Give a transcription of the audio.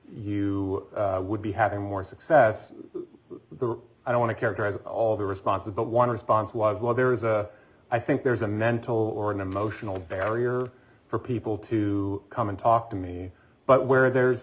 you would be having more success i want to characterize all the responses but one response was well there's a i think there's a mental or an emotional barrier for people to come and talk to me but where there's